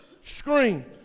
Scream